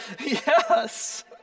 yes